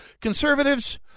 conservatives